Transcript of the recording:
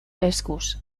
eskuz